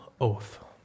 oath